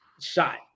shot